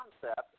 concept